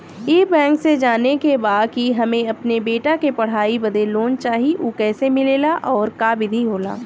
ई बैंक से जाने के बा की हमे अपने बेटा के पढ़ाई बदे लोन चाही ऊ कैसे मिलेला और का विधि होला?